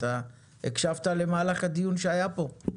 אתה הקשבת למהלך הדיון שהיה פה?